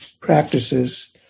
practices